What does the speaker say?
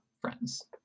friends